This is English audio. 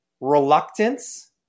reluctance